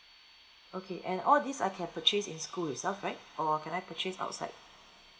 okay and all these I can purchase in school itself right or can I purchase outside